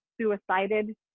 suicided